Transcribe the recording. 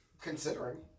Considering